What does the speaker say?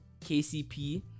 KCP